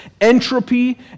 entropy